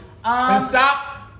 stop